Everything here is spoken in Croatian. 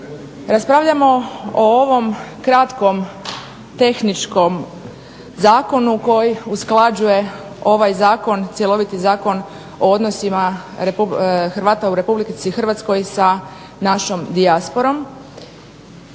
Raspravljamo o ovom kratkom, tehničkom zakonu koji usklađuje ovaj Zakon, cjeloviti zakon o odnosima Hrvata u Republici Hrvatskoj sa našom dijasporom